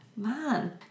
man